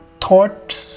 thoughts